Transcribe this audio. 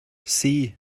see